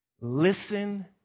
Listen